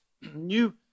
new